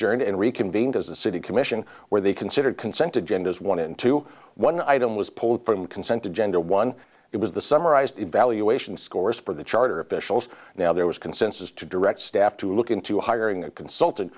a city commission where they considered consent to gender as one into one item was pulled from consent to gender one it was the summarised evaluation scores for the charter officials now there was consensus to direct staff to look into hiring a consult